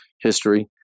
history